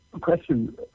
Question